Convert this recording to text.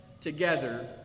together